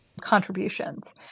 contributions